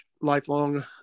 lifelong